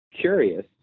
curious